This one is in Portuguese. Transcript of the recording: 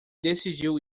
decidiu